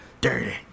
Dirty